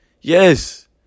Yes